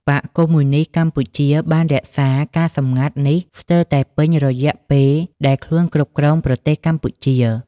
បក្សកុម្មុយនីស្តកម្ពុជាបានរក្សាការសម្ងាត់នេះស្ទើរតែពេញរយៈពេលដែលខ្លួនគ្រប់គ្រងប្រទេសកម្ពុជា ។